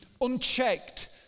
unchecked